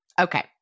Okay